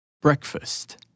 Breakfast